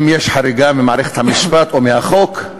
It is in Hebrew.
אם יש חריגה ממערכת המשפט או מהחוק,